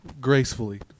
gracefully